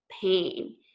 pain